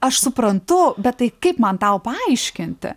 aš suprantu bet tai kaip man tau paaiškinti